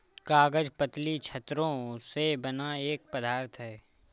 कागज पतली चद्दरों से बना एक पदार्थ है